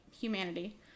humanity